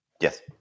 Yes